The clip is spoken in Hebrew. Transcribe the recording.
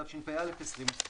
התשפ"א - 2020